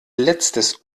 letztes